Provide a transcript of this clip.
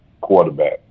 quarterback